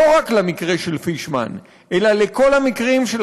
לא רק למקרה של פישמן אלא לכל המקרים של